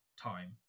time